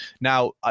Now